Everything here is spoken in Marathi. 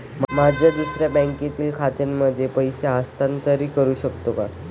माझ्या दुसऱ्या बँकेतील खात्यामध्ये पैसे हस्तांतरित करू शकतो का?